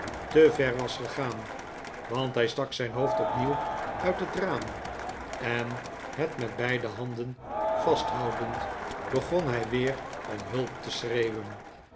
te ver was gegaan want hij stak zijn hoofd opnieuw uit het raam en het met beide handen vasthoudend begon hij weer om hulp te schreeuwen